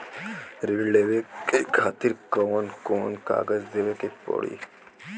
ऋण लेवे के खातिर कौन कोन कागज देवे के पढ़ही?